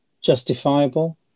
justifiable